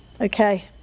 Okay